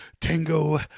Tango